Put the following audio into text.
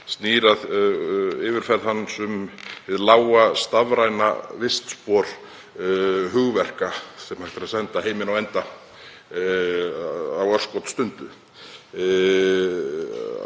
snýr að yfirferð hans um hið lága stafræna vistspor hugverka sem hægt er að senda heiminn á enda á örskotsstundu.